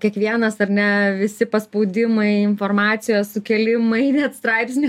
kiekvienas ar ne visi paspaudimai informacijos sukėlimai net straipsnį